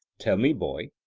tell me, boy,